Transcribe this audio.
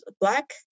black